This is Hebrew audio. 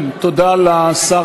תודה לשר.